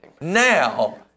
now